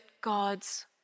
God's